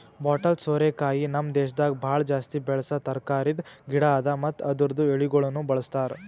bottle ಸೋರೆಕಾಯಿ ನಮ್ ದೇಶದಾಗ್ ಭಾಳ ಜಾಸ್ತಿ ಬೆಳಸಾ ತರಕಾರಿದ್ ಗಿಡ ಅದಾ ಮತ್ತ ಅದುರ್ದು ಎಳಿಗೊಳನು ಬಳ್ಸತಾರ್